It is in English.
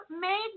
made